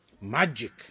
magic